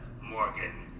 Morgan